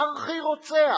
ארכי-רוצח,